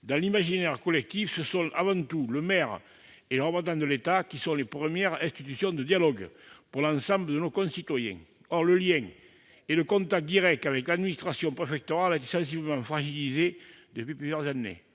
dans l'imaginaire collectif, ce sont avant tout le maire et le représentant de l'État qui sont les premières institutions de dialogue pour l'ensemble de nos concitoyens. Or le lien et le contact direct avec l'administration préfectorale ont été sensiblement fragilisés depuis plusieurs années,